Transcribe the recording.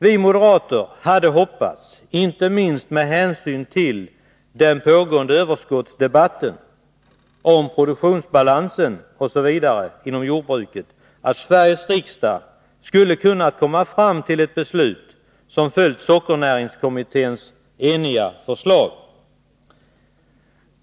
Vi moderater hade hoppats, inte minst med hänsyn till den pågående ”överskottsdebatten” om produktionsbalansen osv. inom jordbruket, att Sveriges riksdag skulle ha kunnat komma fram till ett beslut som följt sockernäringskommitténs eniga förslag.